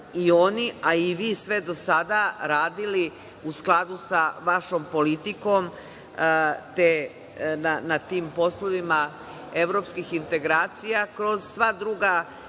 i oni a i vi sve do sada radili u skladu sa vašom politikom na tim poslovima evropskih integracija, kroz sva druga